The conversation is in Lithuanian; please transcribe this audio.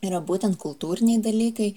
yra būtent kultūriniai dalykai